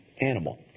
animal